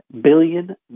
billion